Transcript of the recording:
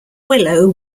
willow